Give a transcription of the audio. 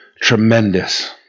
tremendous